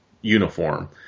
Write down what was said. uniform